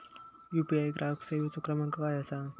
UPI ग्राहक सेवेचो क्रमांक काय असा?